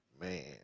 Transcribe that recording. Man